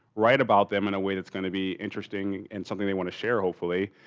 write about them in a way that's going to be interesting and something they want to share hopefully.